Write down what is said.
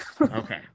Okay